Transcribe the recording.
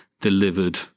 delivered